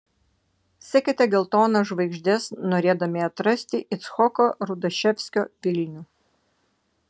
sekite geltonas žvaigždes norėdami atrasti icchoko rudaševskio vilnių